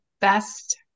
best